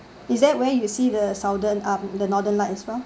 is that where you see the southern uh the northern light as well